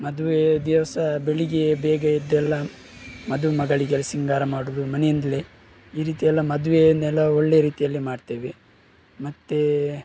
ಮದುವೆಯ ದಿವಸ ಬೆಳಗ್ಗೆಯೇ ಬೇಗ ಎದ್ದೆಲ್ಲ ಮದುಮಗಳಿಗೆ ಸಿಂಗಾರ ಮಾಡೋದು ಮನೆಯಿಂದಲೇ ಈ ರೀತಿಯೆಲ್ಲ ಮದುವೆಯನ್ನೆಲ್ಲ ಒಳ್ಳೆ ರೀತಿಯಲ್ಲಿ ಮಾಡ್ತೇವೆ ಮತ್ತೆ